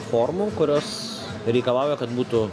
formų kurios reikalauja kad būtų